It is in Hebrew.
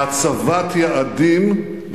בהצבת יעדים,